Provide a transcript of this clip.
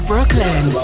Brooklyn